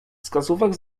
wskazówek